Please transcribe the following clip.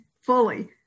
fully